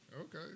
Okay